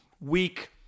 week